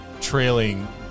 trailing